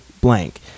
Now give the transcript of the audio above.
blank